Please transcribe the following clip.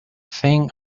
thing